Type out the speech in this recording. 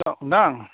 औ नोंथां